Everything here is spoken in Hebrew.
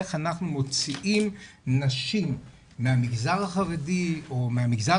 איך אנחנו מוציאים נשים מהמגזר החרדי או מהמגזר